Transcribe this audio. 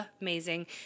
amazing